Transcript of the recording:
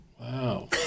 Wow